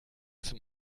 zum